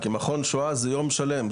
כי מכון שואה זה יום שלם,